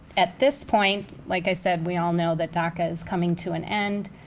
at this point, like i said, we all know that daca is coming to an end.